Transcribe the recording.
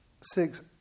six